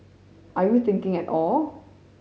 are you thinking at all